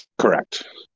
Correct